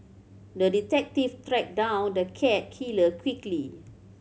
the detective tracked down the cat killer quickly